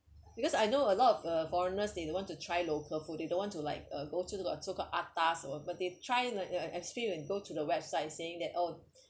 because I know a lot of uh foreigners they don't want to try local food they don't want to like uh go to the so called atas or but they try and like a extreme and go to the website saying that oh